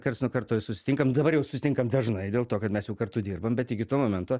karts nuo karto ir susitinkam dabar jau susitinkam dažnai dėl to kad mes jau kartu dirbam bet iki to momento